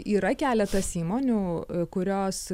yra keletas įmonių kurios